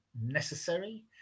necessary